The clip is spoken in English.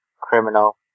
criminal